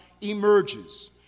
emerges